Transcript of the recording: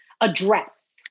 address